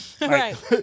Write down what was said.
right